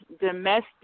domestic